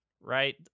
right